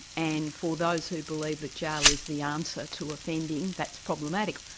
and for those who believe that jail is the answer to offending, that's problematic.